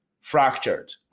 fractured